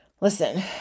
Listen